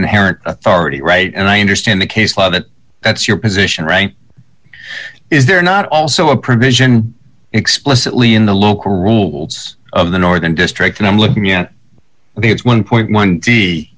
inherent authority right and i understand the case law that that's your position right is there not also a provision explicitly in the local rules of the northern district and i'm looking at the it's one